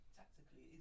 tactically